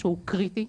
שהוא קריטי.